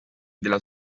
della